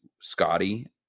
Scotty